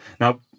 now